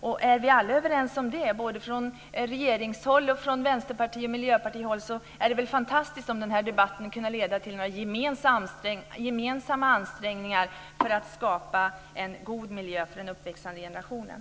Om vi alla är överens om det, både från regeringshåll och från Vänsterpartiet och Miljöpartiet, vore det väl fantastiskt om den här debatten kunde leda till gemensamma ansträngningar för att skapa en god miljö för den uppväxande generationen.